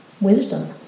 wisdom